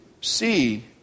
see